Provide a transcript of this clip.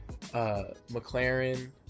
McLaren